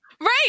Right